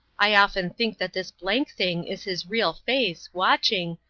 i often think that this blank thing is his real face, watching,